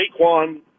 Saquon